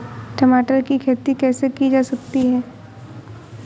टमाटर की खेती कैसे की जा सकती है?